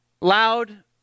loud